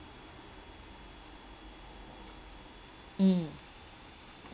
mm